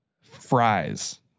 Fries